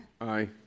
Aye